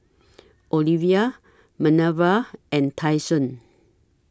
Olivia Manerva and Tyson